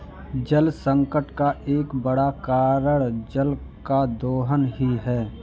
जलसंकट का एक बड़ा कारण जल का दोहन ही है